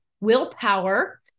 willpower